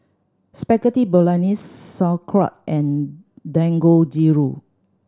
Spaghetti Bolognese Sauerkraut and Dangojiru